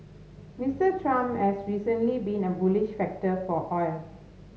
Mister Trump has recently been a bullish factor for oil